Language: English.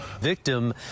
Victim